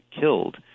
killed